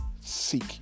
seek